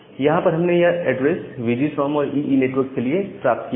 यहां पर हमने यह address V G S O M और ईई नेटवर्क के लिए प्राप्त किया है